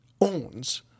owns